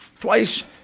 twice